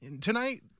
Tonight